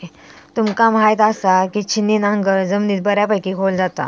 तुमका म्हायत आसा, की छिन्नी नांगर जमिनीत बऱ्यापैकी खोल जाता